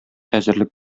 әзерлек